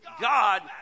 God